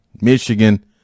Michigan